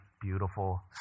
beautiful